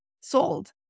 sold